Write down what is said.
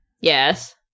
Yes